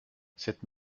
cette